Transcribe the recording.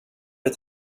ett